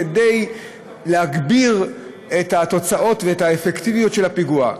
כדי להגביר את התוצאות ואת האפקטיביות של הפיגוע.